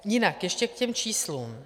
Jinak ještě k těm číslům.